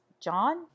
John